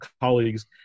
colleagues